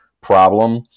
problem